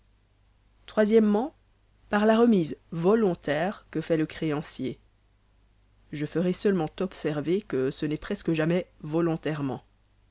o par la remise volontaire que fait le créancier je ferai seulement observer que ce n'est presque jamais volontairement